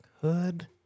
Hood